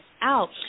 out